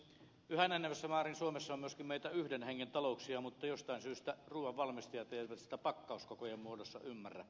yhä enenevässä määrin suomessa on myöskin meitä yhden hengen talouksia mutta jostain syystä ruuan valmistajat eivät sitä pakkauskokojen muodossa ymmärrä